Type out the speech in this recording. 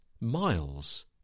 miles